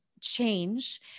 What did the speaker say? change